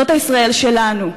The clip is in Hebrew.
זאת ישראל שלנו.